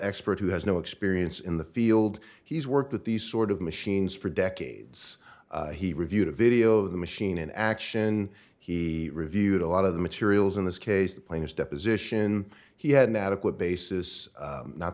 expert who has no experience in the field he's worked with these sort of machines for decades he reviewed a video of the machine in action he reviewed a lot of the materials in this case the plaintiffs deposition he had an adequate basis